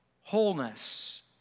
wholeness